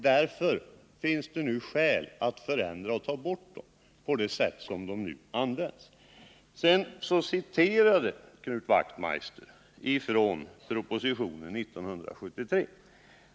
Därför finns det skäl att nu ta bort dem på grund av det sätt på vilket de används. Vidare citerade Knut Wachtmeister ur propositionen från 1973.